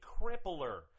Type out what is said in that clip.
crippler